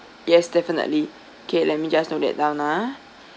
yes definitely okay let me just note that down ha